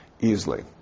easily